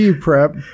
prep